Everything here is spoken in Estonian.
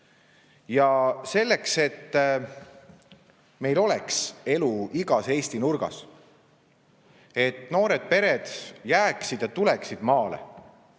Selleks, et oleks elu igas Eesti nurgas, et noored pered tuleksid ja jääksid maale,